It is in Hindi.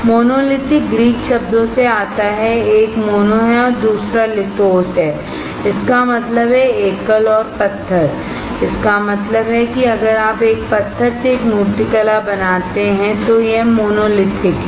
मोनोलिथिक ग्रीक शब्दों से आता है एक मोनो है और दूसरा लिथोस है इसका मतलब है एकल और पत्थर इसका मतलब है कि अगर आप एक पत्थर से एक मूर्तिकला बनाते हैं तो वह मोनोलिथिक है